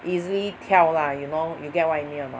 easy 跳 lah you know you get what I mean anot